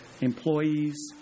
employees